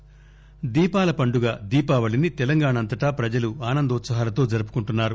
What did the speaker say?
దీపావళి దీపాల పండుగ దీపావళిని తెలంగాణ అంతటా ప్రజలు ఆనందోత్సాలతో జరుపుకుంటున్నారు